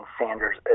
Sanders